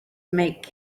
make